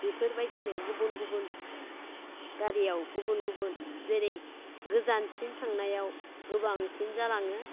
बेफोर बायदिनो गुबुन गुबुन गारियाव गुबुन गुबुन जेरै गोजानसिन थांनायाव गोबांसिन जालाङो